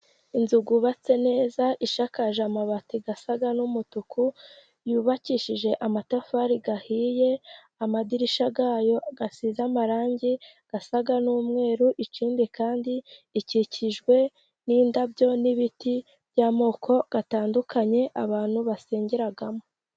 Inzu yubatse neza ishakakaje amabati asa n'umutuku, yubakishije amatafari ahiye, amadirisha yayo asize amarangi asa n'umweru, ikindi kandi ikikijwe n'indabyo, n'ibiti by'amoko atandukanye abantu basengeramo.